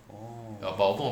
oh